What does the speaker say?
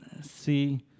see